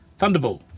Thunderball